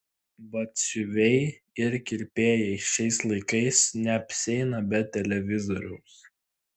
batsiuviai ir kirpėjai šiais laikais neapsieina be televizoriaus